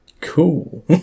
Cool